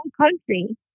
country